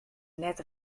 net